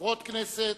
חברות כנסת,